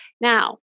Now